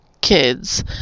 kids